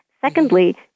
Secondly